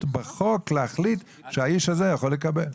בחוק להחליט שהאיש הזה יכול לקבל.